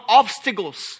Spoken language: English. obstacles